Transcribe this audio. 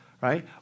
right